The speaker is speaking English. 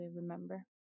remember